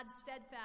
steadfast